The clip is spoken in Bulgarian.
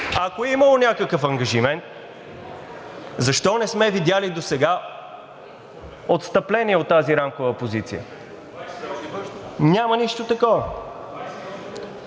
Ако е имало някакъв ангажимент, защо не сме видели досега отстъпление от тази рамкова позиция. Няма нищо такова,